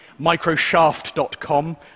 microshaft.com